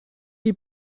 die